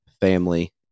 family